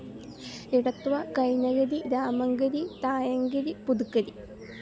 Edathua Kainakary Ramankary Thayankary Puthukkary